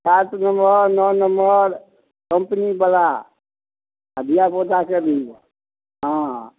सात नम्बर ने नम्बर कम्पनीवला आओर धिआपुताके भी हँ